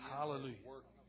Hallelujah